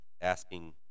asking